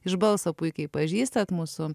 iš balso puikiai pažįstat mūsų